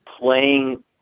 playing